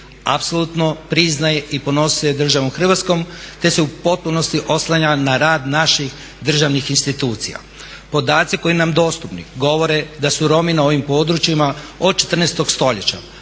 apsolutno priznaje i ponosi se državom Hrvatskom te se u potpunosti oslanja na rad naših državnih institucija. Podaci koji su nam dostupni govore da su Romi na ovim područjima od 14. stoljeća